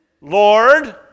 Lord